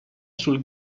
sul